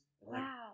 Wow